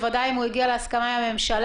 בוודאי אם הוא הגיע להסכמה עם הממשלה.